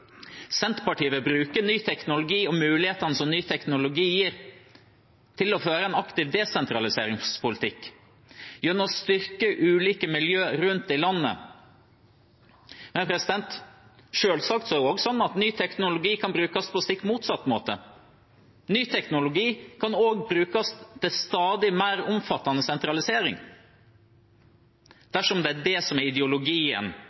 Senterpartiet vil bruke ny teknologi og mulighetene som ny teknologi gir, til å føre en aktiv desentraliseringspolitikk gjennom å styrke ulike miljøer rundt om i landet. Selvsagt er det også slik at ny teknologi kan brukes på stikk motsatt måte. Ny teknologi kan også brukes til stadig mer omfattende sentralisering dersom det er den ideologien